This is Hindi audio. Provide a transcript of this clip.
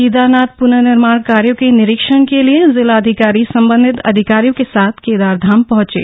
केदारनाथ पुनर्निर्माण कार्यो के निरीक्षण के लिएर जिलाधिकारी संबंधित अधिकारियों के साथ केदार धाम पहुंचे